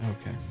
Okay